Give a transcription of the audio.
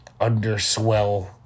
Underswell